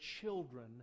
children